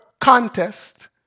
contest